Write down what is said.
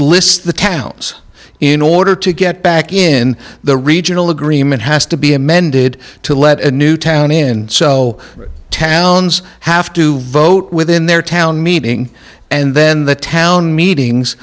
lists the towns in order to get back in the regional agreement has to be amended to let a new town in so towns have to vote within their town meeting and then the town meetings